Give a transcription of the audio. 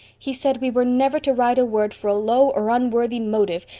he said we were never to write a word for a low or unworthy motive,